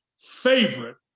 favorite